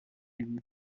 lui